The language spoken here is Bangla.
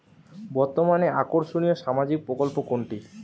বর্তমানে আকর্ষনিয় সামাজিক প্রকল্প কোনটি?